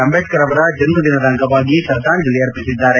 ಅಂಬೇಡ್ಕರ್ ಅವರ ಜನ್ಮ ದಿನದ ಅಂಗವಾಗಿ ಶ್ರದ್ಧಾಂಜಲಿ ಅರ್ಪಿಸಿದ್ದಾರೆ